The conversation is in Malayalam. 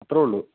അത്രയെയുള്ളൂ